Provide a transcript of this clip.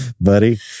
buddy